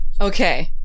Okay